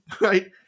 right